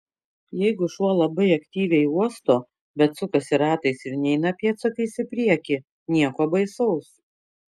jeigu šuo labai aktyviai uosto bet sukasi ratais ir neina pėdsakais į priekį nieko baisaus